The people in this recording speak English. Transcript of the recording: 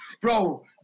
Bro